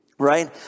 Right